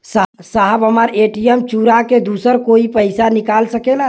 साहब हमार ए.टी.एम चूरा के दूसर कोई पैसा निकाल सकेला?